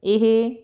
ਇਹ